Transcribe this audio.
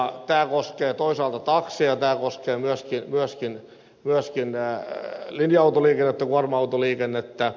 tämä koskee toisaalta takseja tämä koskee myöskin linja autoliikennettä kuorma autoliikennettä